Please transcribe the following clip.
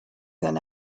than